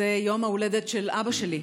זה יום ההולדת של אבא שלי,